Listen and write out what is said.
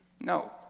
No